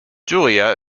julia